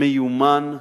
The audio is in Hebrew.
מיומן,